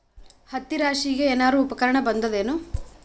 ಹತ್ತಿ ರಾಶಿಗಿ ಏನಾರು ಉಪಕರಣ ಬಂದದ ಏನು?